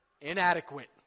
inadequate